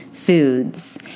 foods